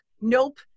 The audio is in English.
nope